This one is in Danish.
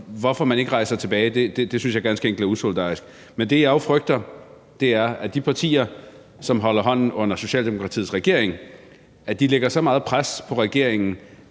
så at man ikke rejser tilbage, synes jeg ganske enkelt er usolidarisk. Men det, jeg jo frygter, er, at de partier, som holder hånden under en socialdemokratisk regering, lægger så meget pres på regeringen,